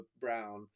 brown